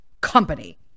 company